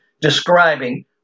describing